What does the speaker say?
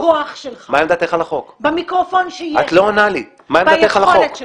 הכוח שלך, במיקרופון שיש לך, ביכולת שלך.